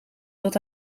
dat